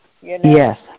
Yes